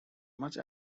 much